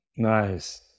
Nice